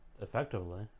Effectively